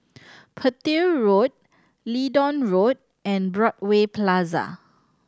Petir Road Leedon Road and Broadway Plaza